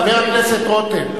חבר הכנסת רותם.